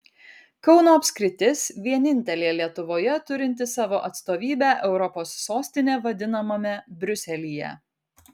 kauno apskritis vienintelė lietuvoje turinti savo atstovybę europos sostine vadinamame briuselyje